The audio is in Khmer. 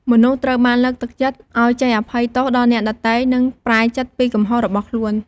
មនុស្សត្រូវបានលើកទឹកចិត្តឱ្យចេះអភ័យទោសដល់អ្នកដទៃ និងប្រែចិត្តពីកំហុសរបស់ខ្លួន។